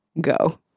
go